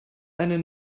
eine